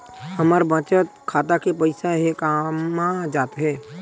हमर बचत खाता के पईसा हे कामा जाथे?